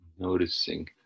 Noticing